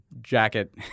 jacket